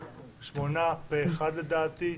8. פה-אחד, לדעתי.